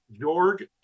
Jorg